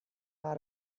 out